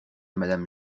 madame